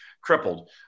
Crippled